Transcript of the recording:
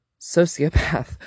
sociopath